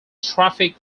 traffic